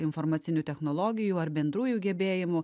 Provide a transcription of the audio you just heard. informacinių technologijų ar bendrųjų gebėjimų